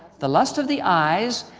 the lust of the eyes,